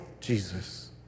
Jesus